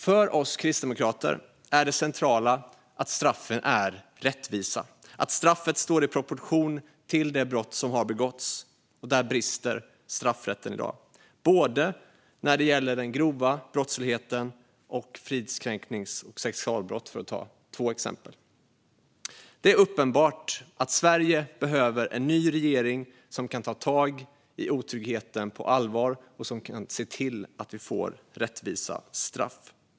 För oss kristdemokrater är det centrala att straffen är rättvisa och står i proportion till de brott som har begåtts. Här brister straffrätten i dag, och det gäller till exempel både den grova brottsligheten och fridskränknings och sexualbrott. Det är uppenbart att Sverige behöver en ny regering som kan ta tag i otryggheten på allvar och som kan se till att vi får rättvisa straff.